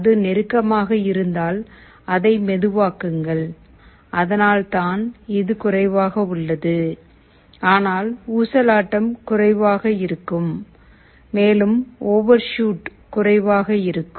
அது நெருக்கமாக இருந்தால் அதை மெதுவாக்குங்கள் அதனால்தான் இது குறைவாக உள்ளது ஆனால் ஊசலாட்டம் குறைவாக இருக்கும் மேலும் ஓவர்ஷூட் குறைவாக இருக்கும்